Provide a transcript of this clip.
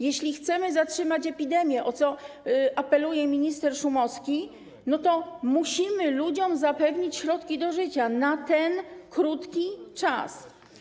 Jeśli chcemy zatrzymać epidemię, o co apeluje minister Szumowski, to musimy ludziom zapewnić środki do życia na ten krótki czas.